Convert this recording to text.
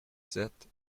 sept